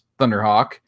Thunderhawk